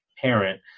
parent